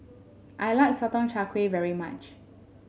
I like Sotong Char Kway very much